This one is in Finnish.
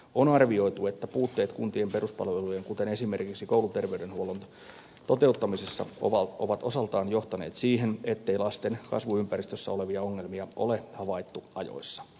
on arvioitu että puutteet kuntien peruspalvelujen kuten esimerkiksi kouluterveydenhuollon toteuttamisessa ovat osaltaan johtaneet siihen ettei lasten kasvuympäristössä olevia ongelmia ole havaittu ajoissa